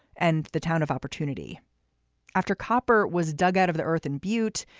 and the town of opportunity after copper was dug out of the earthen butte.